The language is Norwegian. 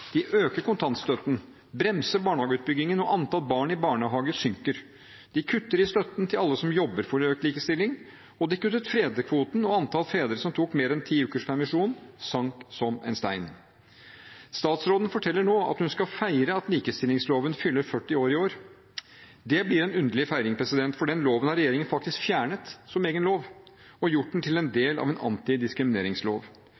De øker kontantstøtten. De bremser barnehageutbyggingen – og antall barn i barnehage synker. De kutter i støtten til alle som jobber for økt likestilling. De kuttet fedrekvoten, og antall fedre som tok mer enn ti ukers permisjon, sank som en stein. Statsråden forteller nå at hun skal feire at likestillingsloven fyller 40 år i år. Det blir en underlig feiring, for den loven har regjeringen faktisk fjernet som egen lov og gjort til en